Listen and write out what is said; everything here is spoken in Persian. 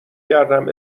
کردم